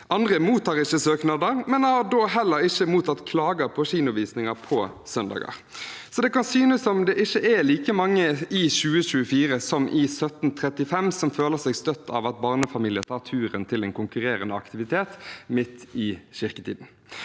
Andre mottar ikke søknader, men har da heller ikke mottatt klager på kinovisninger på søndager. Så det kan synes som om det ikke er like mange i 2024 som i 1735 som føler seg støtt av at barnefamilier tar turen til en konkurrerende aktivitet midt i kirketiden.